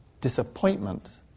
disappointment